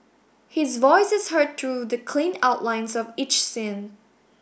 his voice is heard through the clean outlines of each scene